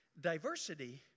diversity